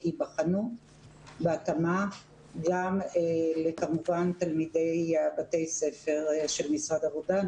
ייבחנו בהתאמה גם כמובן תלמידי בתי הספר של משרד העבודה.